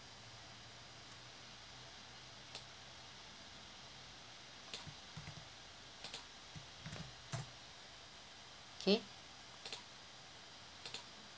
okay